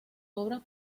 obras